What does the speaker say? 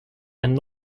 and